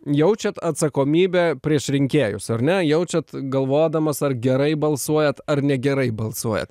jaučiat atsakomybę prieš rinkėjus ar ne jaučiat galvodamas ar gerai balsuojat ar negerai balsuojat